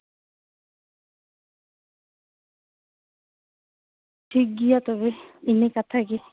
ᱴᱷᱤᱠ ᱜᱮᱭᱟ ᱛᱚᱵᱮ ᱤᱱᱟᱹ ᱠᱟᱛᱷᱟ ᱜᱮ